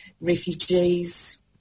refugees